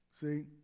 See